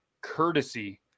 courtesy